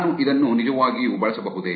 ನಾನು ಇದನ್ನು ನಿಜವಾಗಿಯೂ ಬಳಸಬಹುದೇ